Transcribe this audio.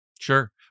Sure